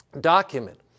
document